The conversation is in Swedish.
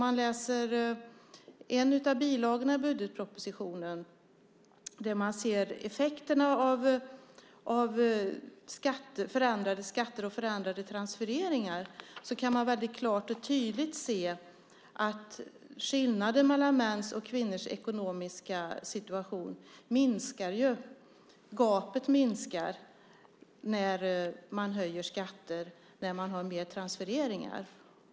I en bilaga till budgetpropositionen kan man se effekterna av förändrade skatter och förändrade transfereringar. Det framgår klart och tydligt att skillnader mellan mäns och kvinnors ekonomiska situation - gapet - minskar när skatterna höjs och när det finns fler transfereringar.